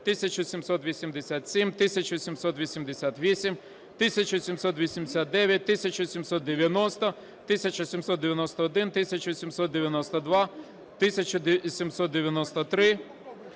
1784, 1787, 1789, 1790, 1791, 1792, 1793,